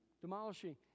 Demolishing